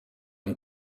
and